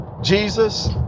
Jesus